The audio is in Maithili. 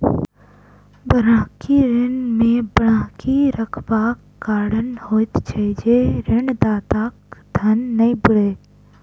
बन्हकी ऋण मे बन्हकी रखबाक कारण होइत छै जे ऋणदाताक धन नै बूड़य